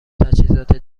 تجهیزات